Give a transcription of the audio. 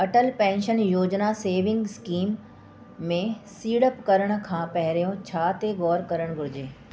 Atal pension Yojana savings scheme में सीड़प करण खां पहिरियों छा ते गौर करणु घुरिजे